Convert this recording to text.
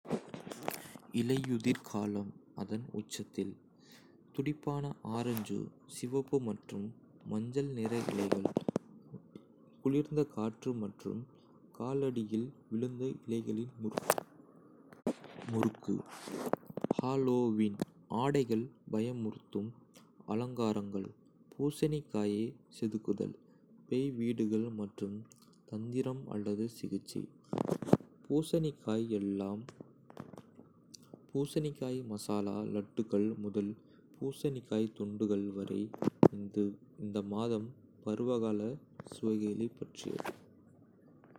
இலையுதிர் காலம் அதன் உச்சத்தில் - துடிப்பான ஆரஞ்சு, சிவப்பு மற்றும் மஞ்சள் நிற இலைகள், குளிர்ந்த காற்று மற்றும் காலடியில் விழுந்த இலைகளின் முறுக்கு. ஹாலோவீன் - ஆடைகள், பயமுறுத்தும் அலங்காரங்கள், பூசணிக்காயை செதுக்குதல், பேய் வீடுகள் மற்றும் தந்திரம் அல்லது சிகிச்சை. பூசணிக்காய் எல்லாம் - பூசணிக்காய் மசாலா லட்டுகள் முதல் பூசணிக்காய் துண்டுகள் வரை, இந்த மாதம் பருவகால சுவைகளைப் பற்றியது.